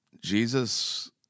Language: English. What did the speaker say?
Jesus